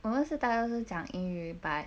我们是大家是讲英语 but